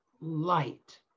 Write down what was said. light